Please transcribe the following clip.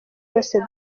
yose